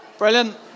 Brilliant